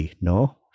no